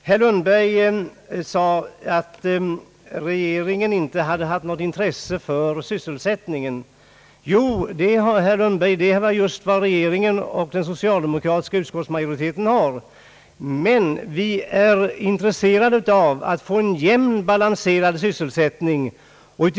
Herr Lundberg sade att regeringen inte visat något intresse för sysselsättningen. Jo, herr Lundberg, det är just vad regeringen och den socialdemokratiska utskottsmajoriteten har gjort. Vi är intresserade av att få en jämnt balanserad sysselsättning.